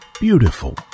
beautiful